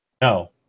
No